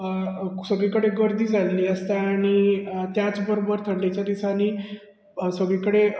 सगळी कडेन गर्दी जाल्ली आसता आनी त्याच बरोबर थंडेच्या दिसांनी सगळी कडेन